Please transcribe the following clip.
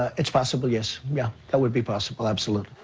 ah it's possible, yes. yeah, that would be possible, absolutely.